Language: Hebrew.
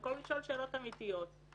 במקום לשאול שאלות אמיתיות.